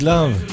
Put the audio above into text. Love